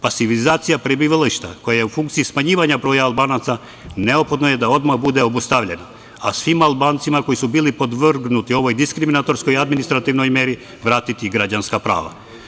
Pa civilizacija prebivališta koje ja u funkciji smanjivanja broja Albanaca neophodno je da odmah bude obustavljena, a svim Albancima koji su bili podvrgnuti ovoj diskriminatorskoj i administrativnoj meri, vratiti građanska prava.